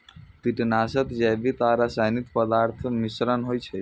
कीटनाशक जैविक आ रासायनिक पदार्थक मिश्रण होइ छै